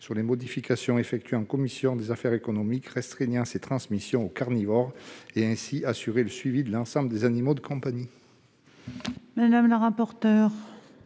sur les modifications effectuées en commission des affaires économiques restreignant ces transmissions aux carnivores et, ainsi, à assurer le suivi de l'ensemble des animaux de compagnie.